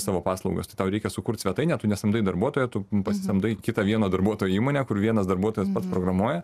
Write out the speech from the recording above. savo paslaugas tau reikia sukurti svetainę tu nesamdai darbuotojų tu pasisamdai kitą vieną darbuotojo įmonę kur vienas darbuotojas pats programuoja